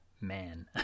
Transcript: man